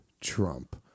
Trump